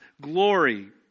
glory